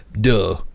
Duh